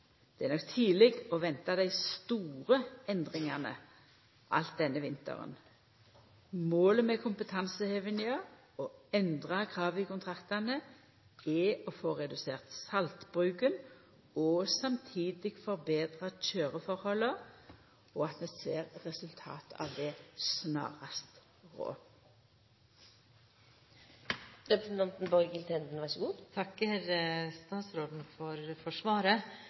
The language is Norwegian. Det er nok tidleg å venta dei store endringane alt denne vinteren. Målet med kompetansehevinga og endra krav i kontraktane er å få redusert saltbruken og samtidig betra køyreforholda og at vi ser resultat av det snarast